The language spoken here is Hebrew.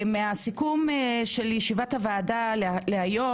מהסיכום של ישיבת הוועדה להיום,